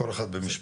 כל אחד במשפט.